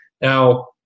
Now